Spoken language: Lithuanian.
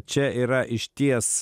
čia yra išties